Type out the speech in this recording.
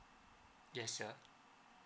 yes sir